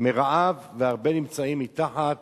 מרעב והרבה מהן נמצאות מתחת